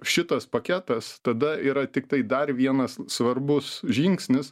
šitas paketas tada yra tiktai dar vienas svarbus žingsnis